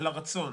בהקשר הזה.